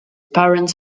parents